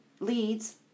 Leads